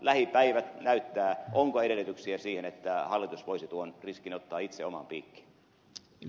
lähipäivät näyttävät onko edellytyksiä siihen että hallitus voisi tuon riskin ottaa itse omaan piikkiin